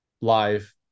live